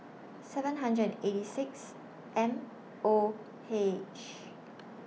seven hundred and eighty six M O H